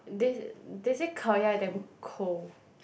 they they say Khao-Yai damn cold